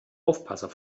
aufpasser